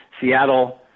Seattle